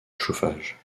chauffage